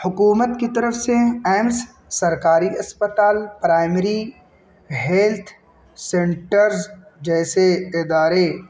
حکومت کی طرف سے ایمس سرکاری اسپتال پرائمری ہیلتھ سینٹرز جیسے ادارے